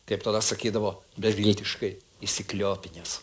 kaip tada sakydavo beviltiškai įsikliopinęs